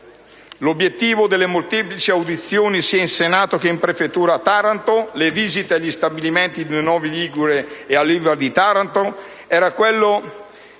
L'obiettivo delle molteplici audizioni sia in Senato che in prefettura a Taranto e delle visite agli stabilimenti Ilva di Novi Ligure e di Taranto era quello